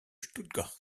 stuttgart